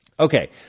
Okay